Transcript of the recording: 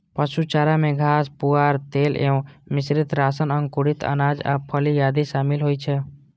पशु चारा मे घास, पुआर, तेल एवं मिश्रित राशन, अंकुरित अनाज आ फली आदि शामिल होइ छै